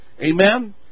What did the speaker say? Amen